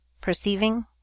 perceiving